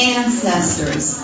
ancestors